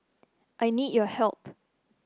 I need your help